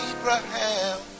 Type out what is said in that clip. Abraham